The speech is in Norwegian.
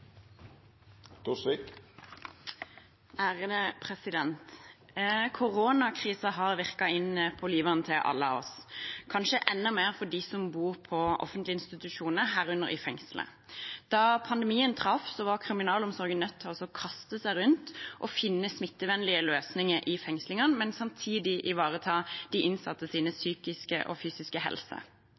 har virket inn på livet til oss alle, kanskje enda mer for dem som bor på offentlige institusjoner, herunder i fengsel. Da pandemien traff, var kriminalomsorgen nødt til å kaste seg rundt og finne smittevernvennlige løsninger i fengslene, men samtidig ivareta de innsattes psykiske og fysiske helse.